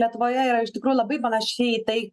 lietuvoje yra iš tikrųjų labai panaši į tai